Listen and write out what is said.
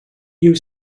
you